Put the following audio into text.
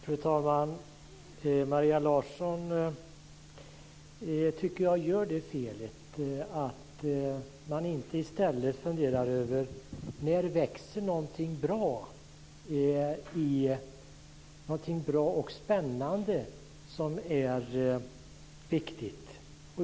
Fru talman! Jag tycker att Maria Larsson gör det felet att hon inte i stället funderar över när någonting bra och spännande växer. Det är viktigt.